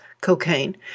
cocaine